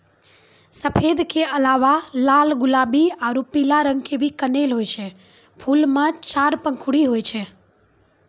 सफेद के अलावा लाल गुलाबी आरो पीला रंग के भी कनेल होय छै, फूल मॅ चार पंखुड़ी होय छै